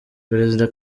perezida